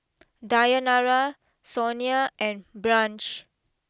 Dayanara Sonia and Branch